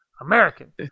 American